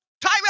time